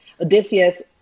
Odysseus